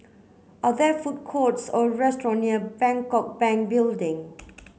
are there food courts or restaurant near Bangkok Bank Building